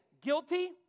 guilty